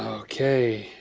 okay,